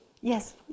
yes